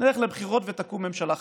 נלך לבחירות ותקום ממשלה חדשה.